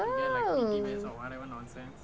oh